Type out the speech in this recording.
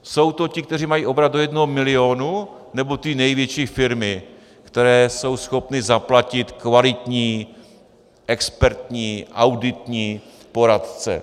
Jsou to ti, kteří mají obrat do jednoho milionu, nebo ty největší firmy, které jsou schopny zaplatit kvalitní expertní, auditní poradce?